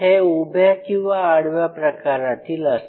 हे उभ्या किंवा आडव्या प्रकारातील असते